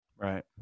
Right